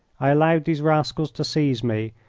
i allowed these rascals to seize me,